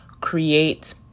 create